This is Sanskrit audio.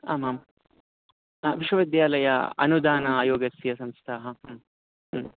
आमां विश्वविद्यालय अनुदान आयोगस्य संस्थाः